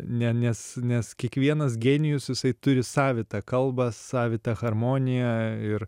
ne nes nes kiekvienas genijus jisai turi savitą kalbą savitą harmoniją ir